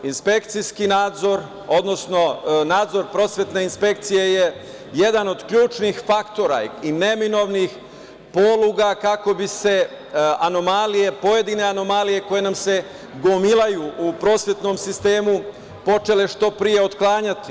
Inspekcijski nadzor, odnosno nadzor prosvetne inspekcije je jedan od ključnih faktora i neminovnih poluga kako bi se pojedine anomalije koje nam se gomilaju u prosvetnom sistemu počele što pre otklanjati.